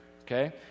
okay